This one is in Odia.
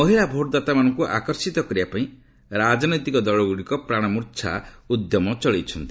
ମହିଳା ଭୋଟଦାତାମାନଙ୍କୁ ଆକର୍ଷିତ କରିବା ପାଇଁ ରାଜନୈତିକ ଦଳ ଗୁଡ଼ିକ ପ୍ରାଣମୂର୍ଚ୍ଛା ଉଦ୍ୟମ ଚଳାଇଛନ୍ତି